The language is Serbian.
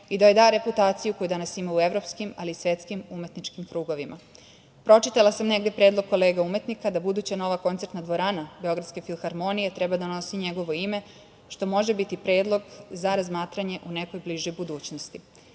i da joj da reputaciju koju danas imamo u evropskim, ali i u svetskim umetničkim krugovima. Pročitala sam negde predlog kolega umetnika da buduća nova koncertna dvorana Beogradske filharmonije treba da nosi njegovo ime, što može biti predlog za razmatranje u nekoj bližoj budućnosti.